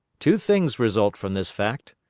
two things result from this fact.